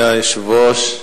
אדוני היושב-ראש,